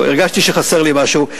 הרגשתי שחסר לי משהו.